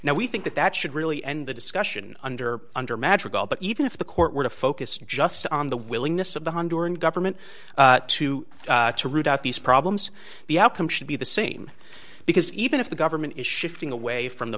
now we think that that should really end the discussion under under madrigal but even if the court were to focus just on the willingness of the honduran government to to root out these problems the outcome should be the same because even if the government is shifting away from the